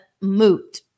moot